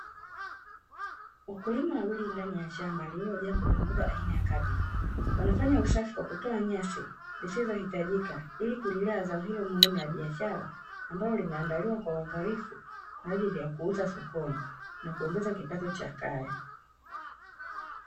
Wakulima wawili ndani ya shamba lililojaa mbogamboga aina ya kabichi, wanafanya usafi kwa kutoa nyasi zisizo hitajika, ili kulilea zao hilo muhimu la biashara, ambalo limeandaliwa kwa uangalifu kwa ajili ya kuuza sokoni, na kuongeza kipato cha kaya.